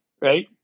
right